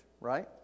right